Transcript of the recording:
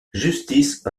justice